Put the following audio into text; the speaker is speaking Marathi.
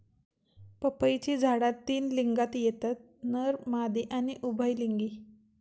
पपईची झाडा तीन लिंगात येतत नर, मादी आणि उभयलिंगी